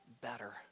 better